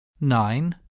nine